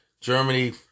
Germany